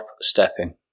stepping